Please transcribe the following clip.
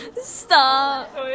Stop